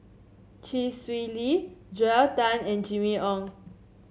Chee Swee Lee Joel Tan and Jimmy Ong